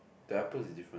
that I put is different